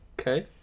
Okay